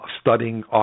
studying